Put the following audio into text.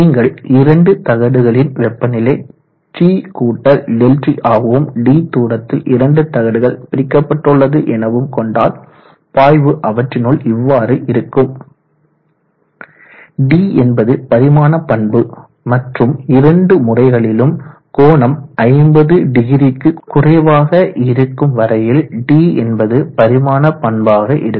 நீங்கள் இரண்டு தகடுகளின் வெப்பநிலை T ΔT ஆகவும் d தூரத்தில் இரண்டு தகடுகள் பிரிக்கப்பட்டுள்ளது எனவும் கொண்டால் பாய்வு அவற்றினுள் இவ்வாறு இருக்கும் d என்பது பரிமாண பண்பு மற்றும் இரண்டு முறைகளிலும் கோணம் 500 க்கு குறைவாக இருக்கும் வரையில் d என்பது பரிமாண பண்பாக இருக்கும்